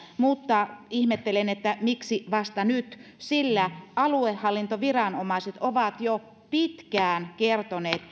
mutta ihmettelen miksi vasta nyt sillä aluehallintoviranomaiset ovat jo pitkään kertoneet